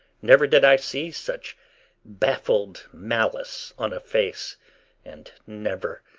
never did i see such baffled malice on a face and never,